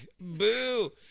Boo